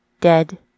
Dead